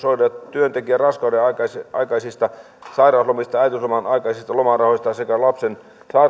työntekijän raskaudenaikaisista sairauslomista äitiyslomanaikaisista lomarahoista sekä sairaan lapsen